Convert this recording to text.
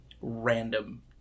random